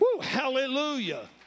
Hallelujah